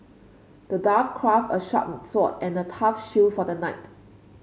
the dwarf crafted a sharp sword and a tough shield for the knight